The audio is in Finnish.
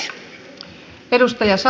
arvoisa puhemies